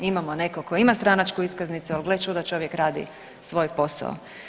Imamo nekog tko ima stranačku iskaznicu, ali gle čuda, čovjek radi svoj posao.